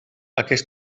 aquest